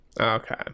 Okay